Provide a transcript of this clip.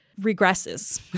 regresses